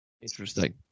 Interesting